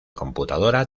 computadora